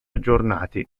aggiornati